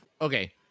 Okay